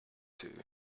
two